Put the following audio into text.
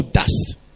dust